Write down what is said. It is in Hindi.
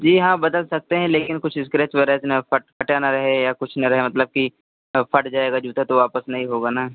जी हाँ बदल सकते हैं लेकिन कुछ इस्क्रेच वगैरह इतना फट फटा न रहे या कुछ न रहे मतलब कि फट जाएगा जूता तो वापस नहीं होगा न